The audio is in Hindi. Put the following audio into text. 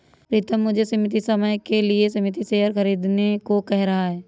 प्रितम मुझे सीमित समय के लिए सीमित शेयर खरीदने को कह रहा हैं